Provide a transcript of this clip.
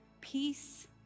peace